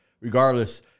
regardless